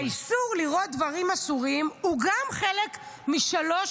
האיסור לראות דברים אסורים הוא גם חלק משלוש